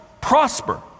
Prosper